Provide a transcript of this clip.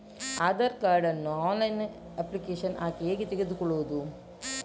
Aadhaar card ನ್ನು online application ಹಾಕಿ ಹೇಗೆ ತೆಗೆದುಕೊಳ್ಳುವುದು?